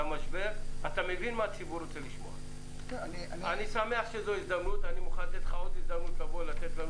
לתת לך עוד הזדמנות לבוא ולתת לנו